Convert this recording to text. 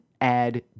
add